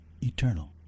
Eternal